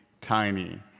tiny